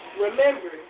Remember